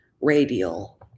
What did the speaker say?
radial